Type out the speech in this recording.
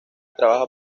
trabaja